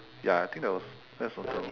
ya I think that was that's the only thing